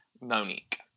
Monique